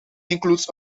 includes